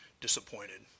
disappointed